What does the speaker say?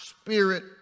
spirit